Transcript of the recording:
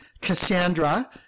Cassandra